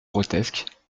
grotesques